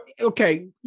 Okay